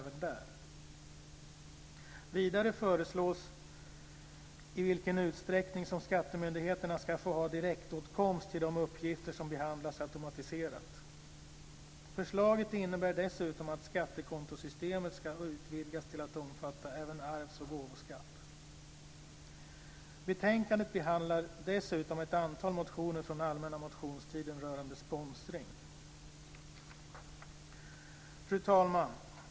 Vidare föreslås i vilken utsträckning som skattemyndigheterna ska få ha direktåtkomst till de uppgifter som behandlas automatiserat. Förslaget innebär dessutom att skattekontosystemet ska utvidgas till att omfatta även arvs och gåvoskatt. Betänkandet behandlar dessutom ett antal motioner från allmänna motionstiden rörande sponsring. Fru talman!